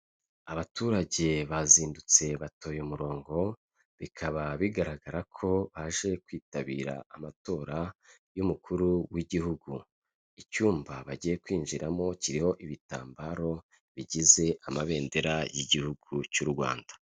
Abaturage bazindutse batoye umurongo, bikaba bigaragara ko baje kwitabira amatora y'umukuru w'igihugu, icyumba bagiye kwinjiramo kiriho ibitambaro bigize amabendera y'igihugu cy'u Rwanda.